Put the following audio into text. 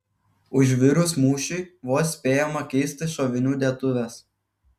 užvirus mūšiui vos spėjama keisti šovinių dėtuves